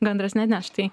gandras neatneš tai